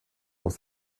dans